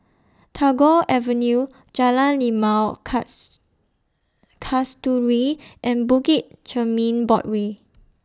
Tagore Avenue Jalan Limau Cast Kasturi and Bukit Chermin Boardwalk